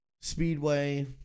Speedway